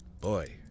Boy